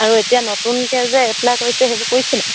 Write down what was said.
আৰু এতিয়া নতুনকৈ যে এপ্লাই কৰিছে সেইবোৰ কৰিছেনে